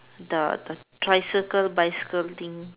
the the tricycle bicycle thing